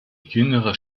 jüngere